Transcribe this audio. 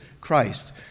Christ